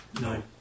No